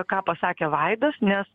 ką pasakė vaidas nes